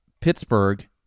Pittsburgh